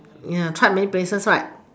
ya tried many places right